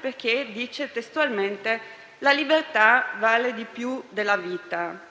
perché - dice testualmente - la libertà vale di più della vita.